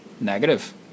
negative